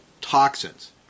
toxins